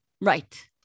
Right